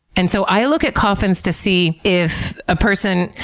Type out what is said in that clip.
and so i look at coffins to see if a person.